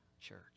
church